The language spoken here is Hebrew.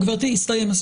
גברתי, הזמן הסתיים.